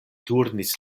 turnis